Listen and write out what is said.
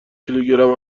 کیلوگرم